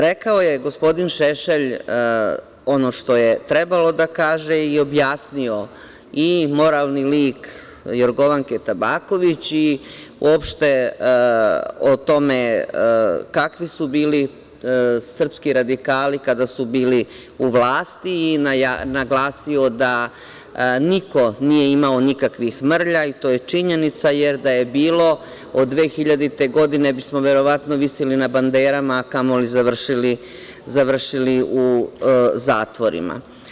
Rekao je gospodin Šešelj ono što je trebalo da kaže i objasnio i moralni lik Jorgovanke Tabaković i uopšte o tome kakvi su bili srpski radikali kada su bili u vlasti i naglasio da niko nije imao nikakvih mrlja i to je činjenica, jer da je bilo do 2000. godine bi smo verovatno visili na banderama, a kamoli završili u zatvorima.